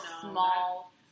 small